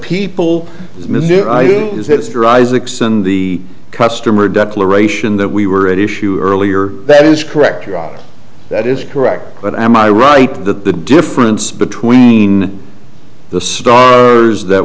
extend the customer declaration that we were at issue earlier bet is correct that is correct but am i right that the difference between the stars that